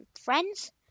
friends